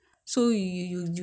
看里面很多的